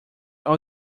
all